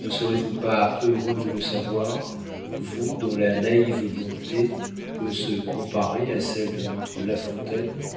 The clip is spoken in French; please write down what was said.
ne serez-vous pas heureux de le savoir vous dont la naïve bonté peut se comparer à celle de notre la fontaine